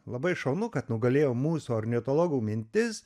labai šaunu kad nugalėjo mūsų ornitologų mintis